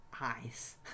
eyes